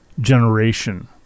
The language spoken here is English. generation